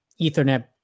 Ethernet